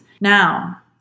Now